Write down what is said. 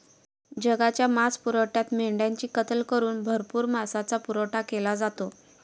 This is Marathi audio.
जगाच्या मांसपुरवठ्यात मेंढ्यांची कत्तल करून भरपूर मांसाचा पुरवठा केला जातो